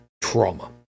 trauma